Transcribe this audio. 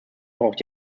braucht